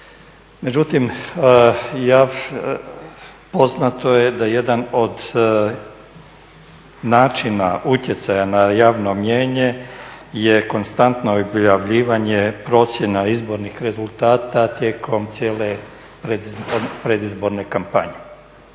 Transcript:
Međutim, poznato je da jedan od načina utjecaja na javno mnijenje je konstantno objavljivanje procjena izbornih rezultata tijekom cijele predizborne kampanje.